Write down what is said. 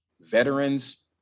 veterans